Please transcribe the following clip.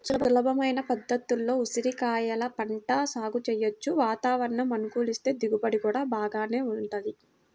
సులభమైన పద్ధతుల్లో ఉసిరికాయల పంట సాగు చెయ్యొచ్చు, వాతావరణం అనుకూలిస్తే దిగుబడి గూడా బాగానే వుంటది